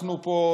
אנחנו פה,